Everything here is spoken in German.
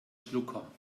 schlucker